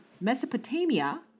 Mesopotamia